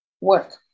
work